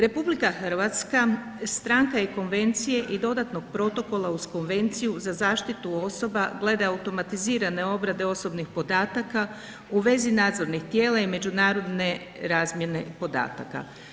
RH stranka je konvencije i dodatnog protokola uz konvenciju za zaštitu osoba glede automatizirane obrade osobnih podataka u vezi nadzornih tijela i međunarodne razmjene podataka.